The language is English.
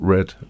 Red